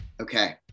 Okay